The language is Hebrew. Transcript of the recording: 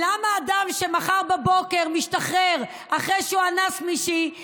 למה אדם שמחר בבוקר משתחרר אחרי שהוא אנס מישהי,